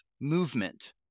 movement